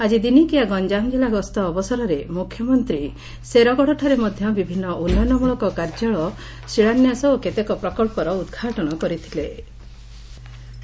ଆଜି ଦିନିକିଆ ଗଞ୍ଠାମ ଜିଲା ଗସ୍ତ ଅବସରରେ ମୁଖ୍ୟମନ୍ତୀ ଶେରଗଡ଼ଠାରେ ମଧ୍ଧ ବିଭିନ୍ନ ଉନ୍ନୟନମ୍ୱଳକ କାର୍ଯ୍ୟର ଶିଳାନ୍ୟାସ ଓ କେତେକ ପ୍ରକ୍ବର ଉଦଘାଟନ କରିଥ୍ଲେ